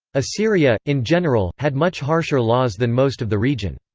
assyria, in general, had much harsher laws than most of the region.